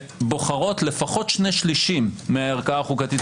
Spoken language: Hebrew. שבוחרות לפחות שני שלישים מהערכאה החוקתית